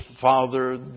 Father